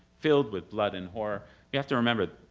filled with blood and horror you have to remember,